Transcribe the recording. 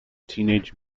teenage